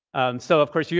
so of course, yeah